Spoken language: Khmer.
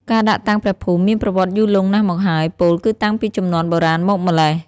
ការដាក់តាំងព្រះភូមិមានប្រវត្តិយូរលង់ណាស់មកហើយ ពោលគឺតាំងពីជំនាន់បុរាណមកម្ល៉េះ។